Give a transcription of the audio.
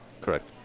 Correct